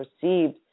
perceived